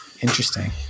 Interesting